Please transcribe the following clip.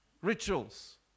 rituals